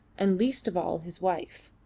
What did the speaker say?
and least of all his wife.